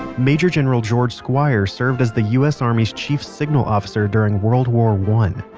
major general george squier served as the u s. army's chief signal officer during world war one.